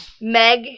Meg